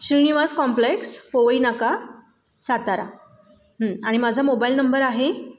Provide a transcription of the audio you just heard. Shrinivas complex Powai नाका सातारा आणि माझा मोबाईल नंबर आहे